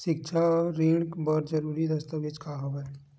सिक्छा ऋण बर जरूरी दस्तावेज का हवय?